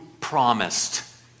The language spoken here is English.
promised